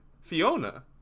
Fiona